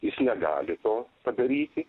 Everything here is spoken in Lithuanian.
jis negali to padaryti